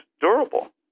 durable